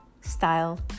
style